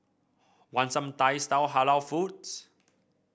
want some Thai style Halal foods